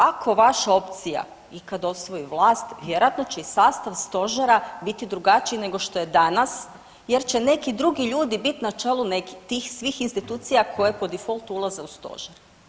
Ako vaša opcija ikad osvoji vlast, vjerojatno će i sastav Stožera biti drugačiji nego što je danas jer će neki drugi ljudi biti na čelu nekih tih svih institucija koje po defaultu ulaze u Stožer.